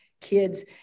kids